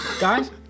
Guys